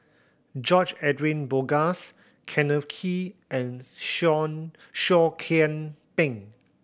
George Edwin Bogaars Kenneth Kee and Seah Seah Kian Peng